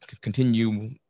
continue